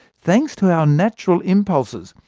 thanks to our natural impulses,